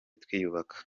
twiyubaka